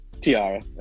Tiara